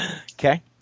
Okay